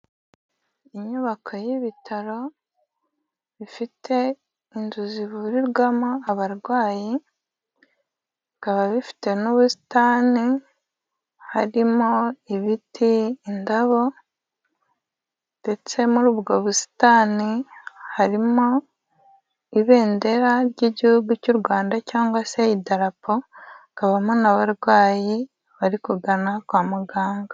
Inyubako y'ibitaro bifite inzu zivurirwamo abarwayi, bikaba bifite n'ubusitani; harimo ibiti, indabo ndetse muri ubwo busitani harimo ibendera ry'igihugu cy'u Rwanda cyangwa se idarapo, bikabamo n'abarwayi bari kugana kwa muganga.